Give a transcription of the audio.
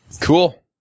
Cool